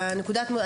טיפול.